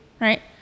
right